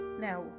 Now